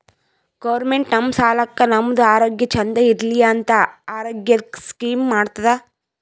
government ನಮ್ ಸಲಾಕ್ ನಮ್ದು ಆರೋಗ್ಯ ಚಂದ್ ಇರ್ಲಿ ಅಂತ ಆರೋಗ್ಯದ್ ಸ್ಕೀಮ್ ಮಾಡ್ತುದ್